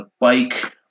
bike